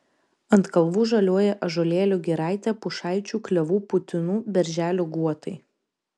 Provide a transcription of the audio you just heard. ant kalvų žaliuoja ąžuolėlių giraitė pušaičių klevų putinų berželių guotai